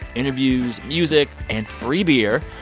interviews, music and free beer.